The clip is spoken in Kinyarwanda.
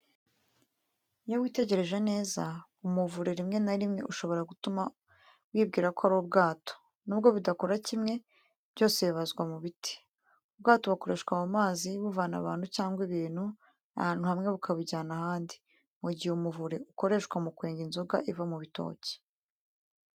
Iyo witegereje neza, umuvure rimwe na rimwe ushobora gutuma wibwira ko ari ubwato. Nubwo bidakora kimwe, byose bibazwa mu biti. Ubwato bukoreshwa mu mazi buvana abantu cyangwa ibintu ahantu hamwe bukabijyana ahandi, mu gihe umuvure ukoreshwa mu kwenga inzoga iva mu bitoki.